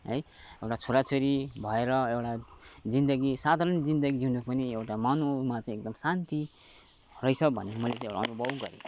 है एउटा छोरा छोरी भएर एउटा जिन्दगी साधारण जिन्दगी जिउनु पनि एउटा मानवमा चाहिँ एकदम शान्ति रहेछ भन्ने मैले चाहिँ एउटा अनुभव गरेँ